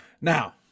Now